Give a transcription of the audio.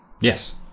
Yes